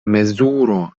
mezuro